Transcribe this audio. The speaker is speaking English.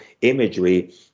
imagery